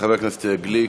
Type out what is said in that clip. חבר הכנסת גליק?